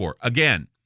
Again